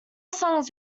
songs